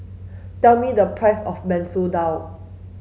tell me the price of Masoor Dal